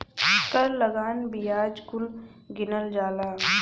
कर लगान बियाज कुल गिनल जाला